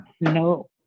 No